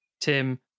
Tim